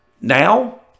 now